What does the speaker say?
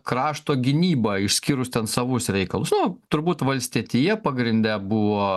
krašto gynyba išskyrus ten savus reikalus nu turbūt valstietija pagrinde buvo